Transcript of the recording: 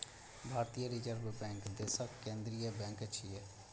भारतीय reserve bank देशक केंद्रीय बैंक छियै